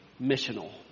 missional